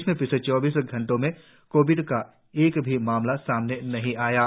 प्रदेश में पिछले चौबीस घंटे में कोविड का एक भी मामला सामने नहीं आया है